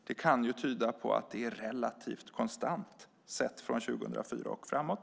Det kan tyda på att antalet är relativt konstant från år 2004 och framåt.